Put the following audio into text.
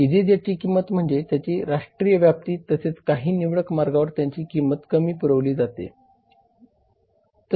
easy जेटची किंमत म्हणजे त्याची राष्ट्रीय व्याप्तीतसेच काही निवडक मार्गांवर त्याची कमी किंमतीत पुरवली जाणारी सुविधा आहे